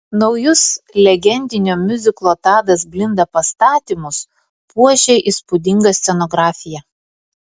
naujus legendinio miuziklo tadas blinda pastatymus puošia įspūdinga scenografija